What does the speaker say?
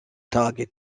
tagit